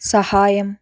സഹായം